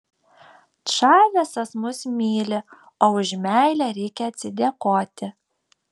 čavesas mus myli o už meilę reikia atsidėkoti